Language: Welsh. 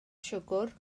siwgr